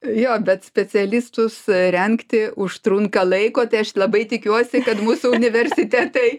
jo bet specialistus rengti užtrunka laiko tai aš labai tikiuosi kad mūsų universitetai